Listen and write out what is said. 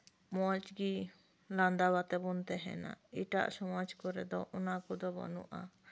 ᱢᱚᱸᱡ ᱜᱮ ᱞᱟᱸᱫᱟ ᱟᱛᱮ ᱵᱚᱱ ᱛᱟᱸᱦᱮᱱᱟ ᱮᱴᱟᱜ ᱠᱚᱨᱮ ᱫᱚ ᱚᱱᱟ ᱠᱚᱫᱚ ᱵᱟᱹᱱᱩᱜᱼᱟ